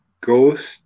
ghost